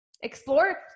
Explore